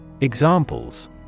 Examples